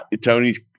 Tony's